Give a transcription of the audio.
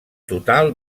total